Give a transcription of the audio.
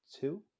two